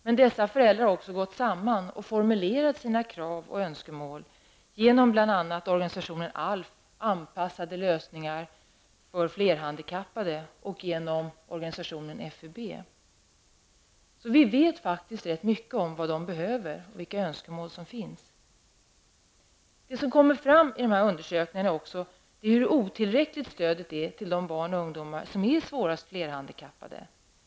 Men dessa föräldrar har också gått samman och formulerat sina krav och önskemål bl.a. genom organsationen ALF, anpassade lösningar för flerhandikappade, och genom organisationen FUB. Vi vet faktiskt rätt mycket om vad som behövs och vilka önskemål som finns. Det som klart kommer fram i dessa undersökningar är hur otillräckligt stödet är till de barn och ungdomar som är svårast flerhandikappade.